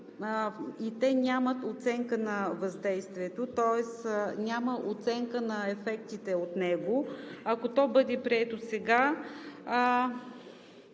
те нямат оценка на въздействието, тоест няма оценка на ефектите от него. Ако то бъде прието сега,